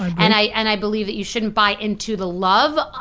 and i and i believe that you shouldn't buy into the love,